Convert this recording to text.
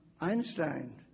Einstein